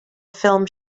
film